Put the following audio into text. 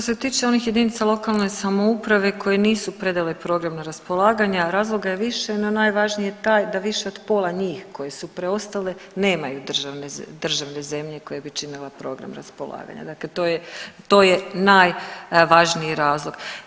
Pa što se tiče onih jedinica lokalne samouprave koje nisu predale program raspolaganja, razloga je više no najvažniji je taj da više od pola njih koje su preostale nemaju državne zemlje koje bi činile program raspolaganja, dakle to je najvažniji razlog.